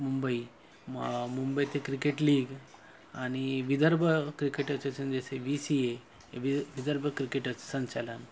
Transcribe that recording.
मुंबई म मुंबई ते cricket league आणि Vidarbha cricket we C A हे वि विदर्भ क्रिकेट अ संचालन